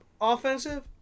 offensive